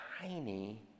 tiny